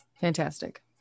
Fantastic